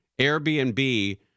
Airbnb